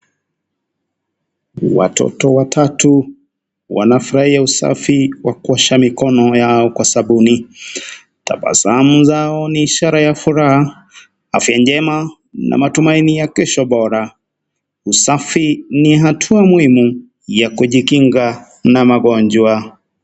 Watoto watatu wanafurahia usafi wa kuosha mikono yao kwa sabuni. Tabasamu zao ni ishara ya furaha afya njema na matumaini ya kesho bora. Usafi ni hatua muhimu ya kujikinga na magonjwa.